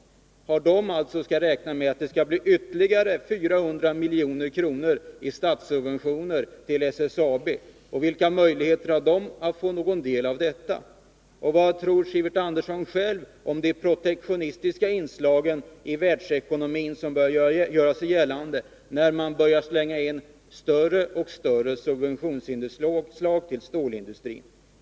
Kan man räkna med att det skall bli ytterligare 400 milj.kr. i statssubventioner till SSAB, och vilka möjligheter har då företagen på de nämnda orterna att få del av det här? Vad tror Sivert Andersson själv om de protektionistiska inslag i världsekonomin som börjar göra sig gällande, då allt större subventioner går till stålindustrin?